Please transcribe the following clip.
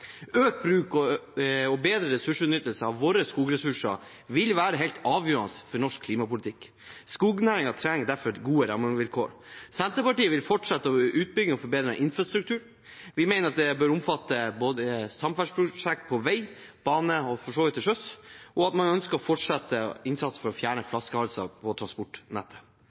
Økt bruk og bedre utnyttelse av våre skogressurser vil være helt avgjørende for norsk klimapolitikk. Skognæringen trenger derfor gode rammevilkår. Senterpartiet vil fortsette med utbygging og forbedring av infrastruktur. Vi mener at det bør omfatte samferdselsprosjekter på både vei og bane, og for så vidt også til sjøs, og vi ønsker også å fortsette innsatsen for å fjerne flaskehalser på transportnettet.